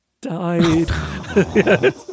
died